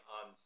on